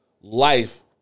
life